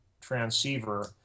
transceiver